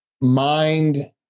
mind